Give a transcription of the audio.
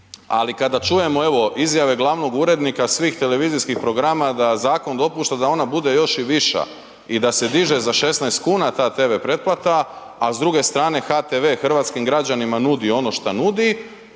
ali kada čujemo evo, izjave glavnog urednika svih televizijskog programa da zakon dopušta da ona bude još i viša i da se diže za 16 kuna ta TV preplata, a s druge strane HTV hrvatskim građanima nudi ono što nudi,